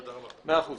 תודה.